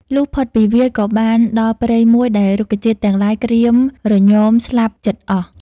លុះផុតពីវាល ក៏បានដល់ព្រៃមួយដែលរុក្ខជាតិទាំងឡាយក្រៀមរញមស្លាប់ជិតអស់ ។